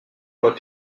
voie